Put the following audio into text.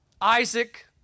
Isaac